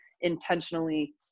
intentionally